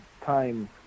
time